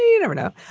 you know know,